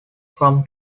from